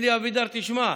אלי אבידר, תשמע.